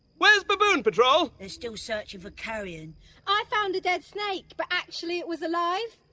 where's baboon patrol? they're still searching for carrion i found a dead snake, but actually it was alive.